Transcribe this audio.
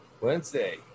Wednesday